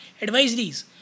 advisories